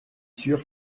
sûr